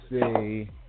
say